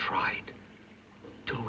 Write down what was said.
tried to